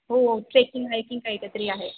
हो trekking hiking काय काय तरी आहे